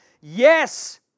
Yes